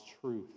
truth